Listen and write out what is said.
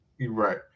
Right